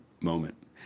moment